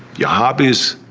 your hobbies,